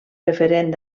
referent